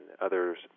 others